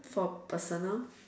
for personal